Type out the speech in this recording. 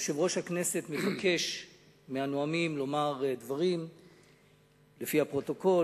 יושב-ראש הכנסת מבקש מהנואמים לומר דברים לפי הפרוטוקול,